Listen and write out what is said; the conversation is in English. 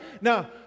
Now